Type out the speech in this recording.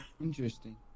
Interesting